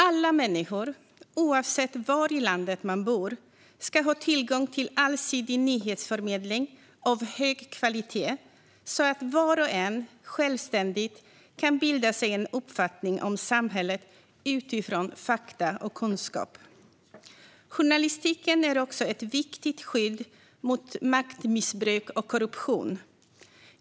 Alla människor oavsett var i landet de bor ska ha tillgång till allsidig nyhetsförmedling av hög kvalitet så att var och en självständigt kan bilda sig en uppfattning om samhället utifrån fakta och kunskap. Journalistiken är också ett viktigt skydd mot maktmissbruk och korruption.